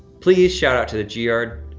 please shout-out to the giardina,